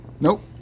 Nope